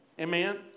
Amen